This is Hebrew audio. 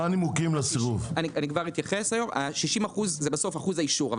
זה אחוז האישור.